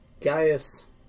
Gaius